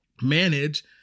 manage